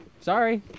Sorry